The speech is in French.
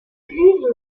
plus